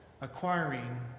Acquiring